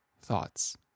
thoughts